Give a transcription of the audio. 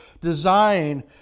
design